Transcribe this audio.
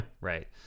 Right